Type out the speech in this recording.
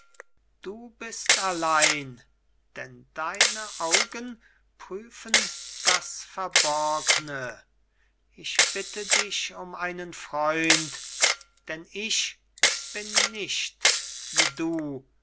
du bist allein denn deine augen prüfen das verborgne ich bitte dich um einen freund denn ich bin nicht wie du